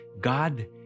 God